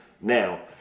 now